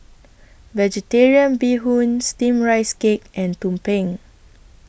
Vegetarian Bee Hoon Steamed Rice Cake and Tumpeng